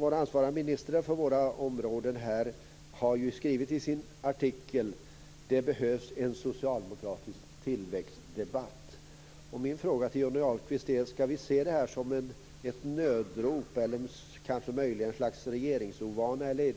De ansvariga ministrarna för våra områden har i sin artikel skrivit: Det behövs en socialdemokratisk tillväxtdebatt. Min fråga till Johnny Ahlqvist är: Skall vi se det som ett nödrop, eller kanske möjligen ett slags regeringsovana, eller